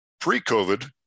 Pre-COVID